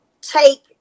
take